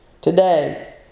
today